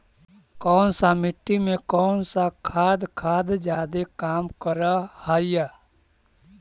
कौन सा मिट्टी मे कौन सा खाद खाद जादे काम कर हाइय?